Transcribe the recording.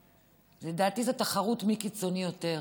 לדעתי, זו תחרות מי קיצוני יותר.